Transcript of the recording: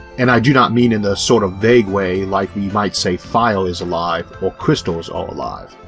and i do not mean in a sort of vague way like we might say fire is alive or crystals are alive.